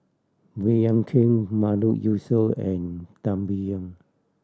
Baey Yam Keng Mahmood Yusof and Tan Biyun